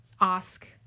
ask